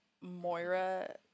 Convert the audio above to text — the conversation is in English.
Moira